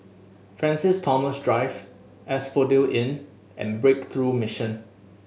Francis Thomas Drive Asphodel Inn and Breakthrough Mission